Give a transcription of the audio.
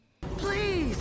Please